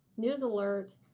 news alert,